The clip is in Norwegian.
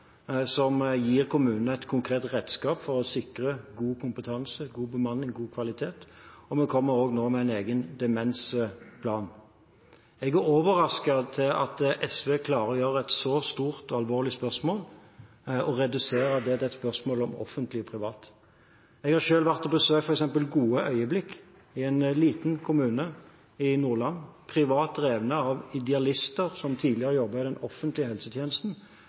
som gir kommunen et konkret redskap for å sikre god kompetanse, god bemanning, god kvalitet, og vi kommer også nå med en egen demensplan. Jeg er overrasket over at SV klarer å redusere et så stort og alvorlig spørsmål til et spørsmål om offentlig eller privat. Jeg har selv vært og besøkt f.eks. Gode Øyeblikk i en liten kommune i Nordland, privat drevet av idealister som tidligere jobbet i den offentlige helsetjenesten,